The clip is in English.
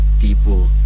people